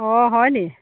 অ' হয়নি